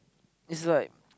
is like